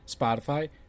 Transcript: Spotify